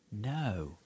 No